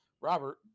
robert